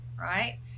Right